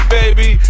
baby